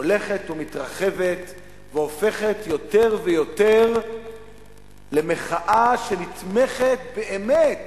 הולכת ומתרחבת והופכת יותר ויותר למחאה שנתמכת באמת